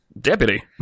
Deputy